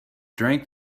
drank